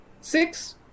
Six